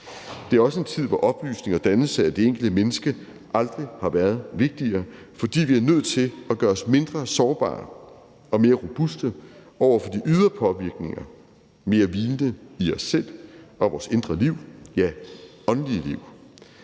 Det er også en tid, hvor oplysning og dannelse af det enkelte menneske aldrig har været vigtigere, fordi vi er nødt til at gøre os mindre sårbare og mere robuste over for de ydre påvirkninger – mere hvilende i os selv og vores indre liv, ja, åndelige liv.